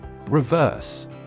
Reverse